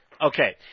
Okay